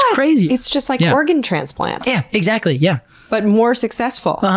crazy! it's just like organ transplants! yeah, exactly. yeah but more successful. uh-huh,